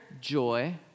joy